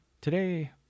Today